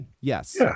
Yes